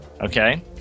Okay